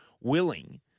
willing